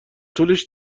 طولش